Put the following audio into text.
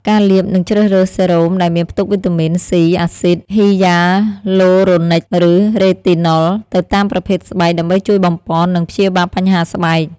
ការលាបនិងជ្រើសរើសសេរ៉ូមដែលមានផ្ទុកវីតាមីន សុី អាស៊ីត ហ៊ីយ៉ាលូរ៉ូនិក ឬ រ៉េទីណុល ទៅតាមប្រភេទស្បែក ដើម្បីជួយបំប៉ន និងព្យាបាលបញ្ហាស្បែក ។